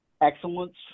excellence